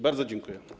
Bardzo dziękuję.